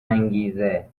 انگیزه